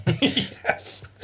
Yes